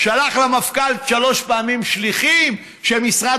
שלח למפכ"ל שלוש פעמים שליחים שמשרד